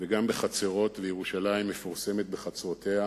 וגם בחצרות, וירושלים מפורסמת בחצרותיה.